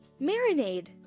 Marinade